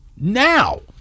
now